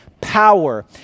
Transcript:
power